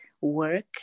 work